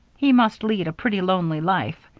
he must lead a pretty lonely life,